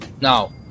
now